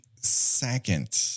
second